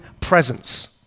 presence